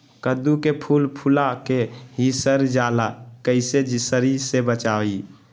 कददु के फूल फुला के ही सर जाला कइसे सरी से बचाई?